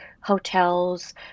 hotels